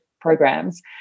programs